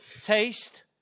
taste